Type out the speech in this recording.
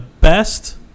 best